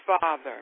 Father